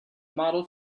model